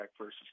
versus